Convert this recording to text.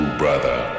brother